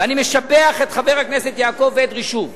ואני משבח את חבר הכנסת יעקב אדרי שוב.